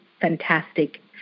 fantastic